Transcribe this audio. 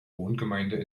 wohngemeinde